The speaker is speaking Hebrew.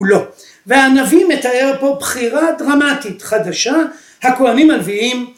לא, והנביא מתאר פה בחירה דרמטית חדשה, הכהנים הנביאים